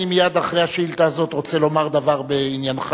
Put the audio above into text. מייד אחרי השאילתא הזאת אני רוצה לומר דבר בעניינך.